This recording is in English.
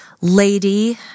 lady